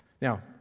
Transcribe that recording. Now